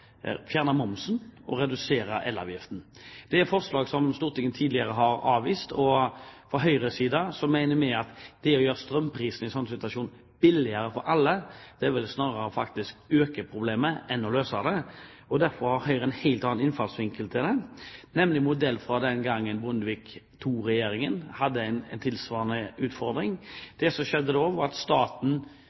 fjerne momsen og å redusere elavgiften. Det er forslag Stortinget tidligere har avvist, og Høyre mener at det å gjøre strømprisene billigere for alle i en slik situasjon snarere vil øke problemet enn å løse det. Derfor har Høyre en helt annen innfallsvinkel til dette, nemlig en modell fra den gangen Bondevik II-regjeringen hadde en tilsvarende utfordring. Staten får inn over 55 milliarder på elavgift og moms. Det Høyre har sagt, er at